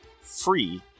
free